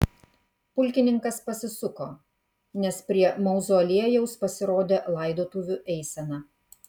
pulkininkas pasisuko nes prie mauzoliejaus pasirodė laidotuvių eisena